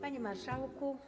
Panie Marszałku!